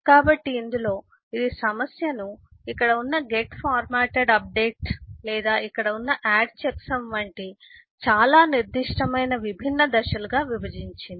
కాబట్టి ఇందులో ఇది సమస్యను ఇక్కడ ఉన్న గెట్ ఫార్మాటెడ్ అప్ డేట్ లేదా ఇక్కడ ఉన్న యాడ్ చెక్సమ్ వంటి చాలా నిర్దిష్టమైన విభిన్న దశలుగా విభజించింది